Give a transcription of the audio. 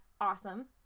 awesome